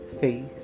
faith